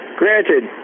granted